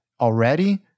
already